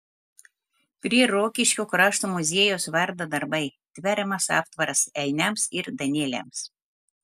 prie rokiškio krašto muziejaus verda darbai tveriamas aptvaras elniams ir danieliams